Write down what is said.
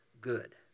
good